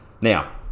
Now